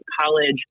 college